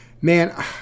Man